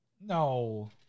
No